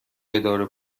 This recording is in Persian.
اداره